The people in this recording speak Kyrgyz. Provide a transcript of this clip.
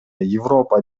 европа